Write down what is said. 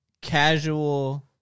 casual